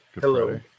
Hello